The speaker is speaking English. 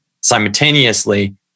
simultaneously